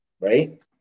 Right